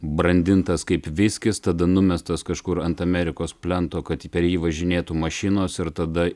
brandintas kaip viskis tada numestas kažkur ant amerikos plento kad per jį važinėtų mašinos ir tada